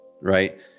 right